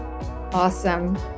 Awesome